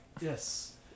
Yes